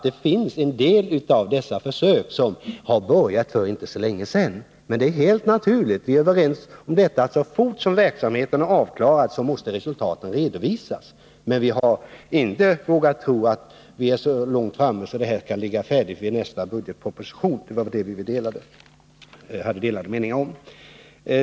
En del av dessa försök påbörjades faktiskt för inte så länge sedan. Det är helt naturligt — och vi är överens i det avseendet — att så snart försöksverksamheten är avklarad måste resultaten redovisas. Vi har emellertid inte vågat tro att vi är så långt framme, att detta kan vara färdigt i samband med nästa budgetproposition. Det var ju det vi hade delade meningar om.